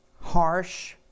Harsh